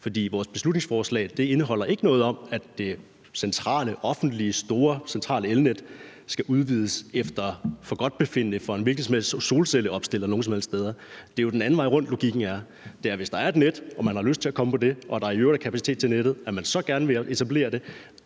For vores beslutningsforslag indeholder ikke nogen som helst steder noget om, at det store centrale, offentlige elnet skal udvides efter forgodtbefindende for en hvilken som helst solcelleopstiller. Det er jo den anden vej rundt, logikken er. Det er: Hvis der er et net, man har lyst til at komme på det, der i øvrigt er kapacitet i forhold til nettet, man gerne vil etablere det,